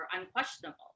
unquestionable